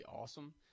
awesome